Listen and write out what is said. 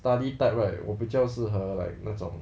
study type right 我比较适合 like 那种